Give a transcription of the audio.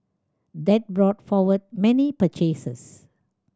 that brought forward many purchases